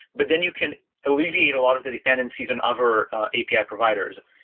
but then you can alleviate a lot of the dependencies on other api providers.